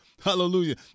Hallelujah